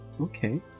okay